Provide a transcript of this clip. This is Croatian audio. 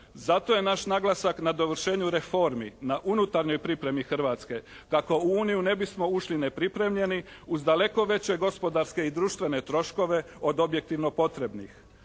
Zato je naš naglasak na dovršenju reformi, na unutarnjoj pripremi Hrvatske kako u Uniju ne bismo ušli nepripremljeni uz daleko veće gospodarske i društvene troškove od objektivno potrebnih.